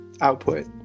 output